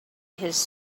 his